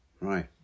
Right